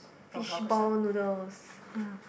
fishball noodles